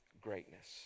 greatness